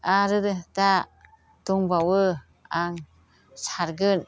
आरो दा दंबावो आं सारगोन